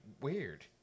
weird